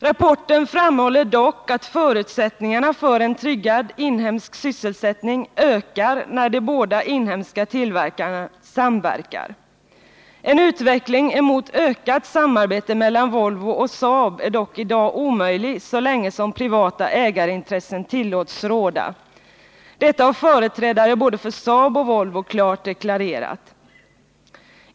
Rapporten framhåller dock att förutsättningarna för en tryggad inhemsk sysselsättning ökar när de båda inhemska tillverkarna samverkar. En utveckling mot ökat samarbete mellan Volvo och Saab är dock i dag omöjlig så länge som privata ägarintressen tillåts råda. Detta har företrädare för både Saab och Volvo klart deklarerat.